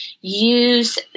use